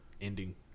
ending